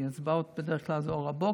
כי ההצבעות הן בדרך כלל באור הבוקר.